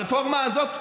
הרפורמה הזאת,